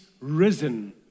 risen